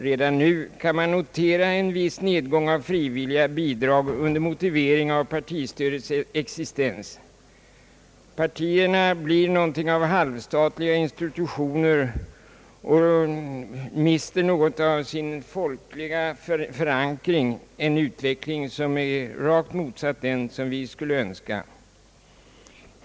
Redan nu kan man notera en viss nedgång av frivilliga bidrag under motivering av partistödets existens. Partierna blir något av halvstatliga institutioner och mister något av sin folkliga förankring, en utveckling som är rakt motsatt den vi önskar.